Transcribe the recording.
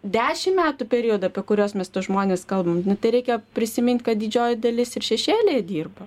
dešim metų periodą apie kuriuos mes tuos žmones kalbam nu tai reikia prisimint kad didžioji dalis ir šešėlyje dirba